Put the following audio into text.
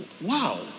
Wow